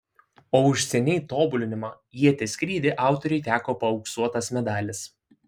o už seniai tobulinamą ieties skrydį autoriui teko paauksuotas medalis